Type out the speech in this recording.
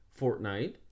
fortnite